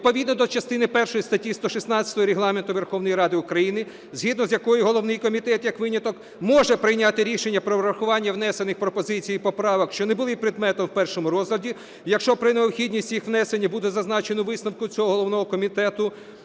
відповідно до частини першої статті 116 Регламенту Верховної Ради України, згідно з якою головний комітет, як виняток, може прийняти рішення про врахування внесених пропозицій і поправок, що не були предметом у першому розгляді, якщо про необхідність їх внесення буде зазначено у висновку цього головного комітету